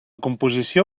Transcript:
composició